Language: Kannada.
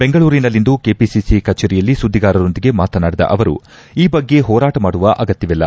ಬೆಂಗಳೂರಿನಲ್ಲಿಂದು ಕೆಪಿಸಿಸಿ ಕಚೇರಿಯಲ್ಲಿ ಸುದ್ದಿಗಾರರೊಂದಿಗೆ ಮಾತನಾಡಿದ ಅವರು ಈ ಬಗ್ಗೆ ಹೋರಾಟ ಮಾಡುವ ಅಗತ್ತವಿಲ್ಲ